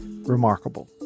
Remarkable